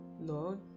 Lord